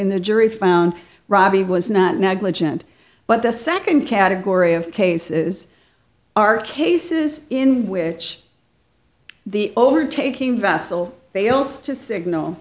in the jury found ravi was not negligent but the second category of cases are cases in which the overtaking vessel fails to signal